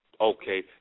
Okay